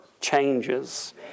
changes